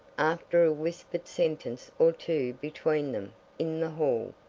after a whispered sentence or two between them in the hall.